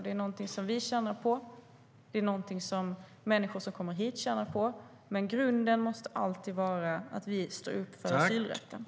Det tjänar vi på och det tjänar de människor som kommer hit på, men grunden måste alltid vara att vi står upp för asylrätten.